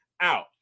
out